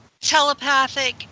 telepathic